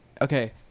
Okay